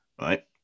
right